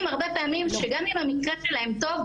הרבה פעמים שגם אם המקרה שלהם טוב,